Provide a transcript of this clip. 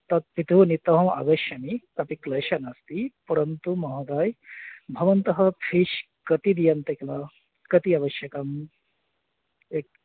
तत् पितुः नीत्वा अहम् आगच्छामि प्रति क्लेशः नास्ति परन्तु महोदय भवन्तः फ़ीष् कति दीयन्ते किल कति अवश्यकं एकं